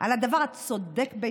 פה אנחנו מדברים על הדבר הצודק ביותר,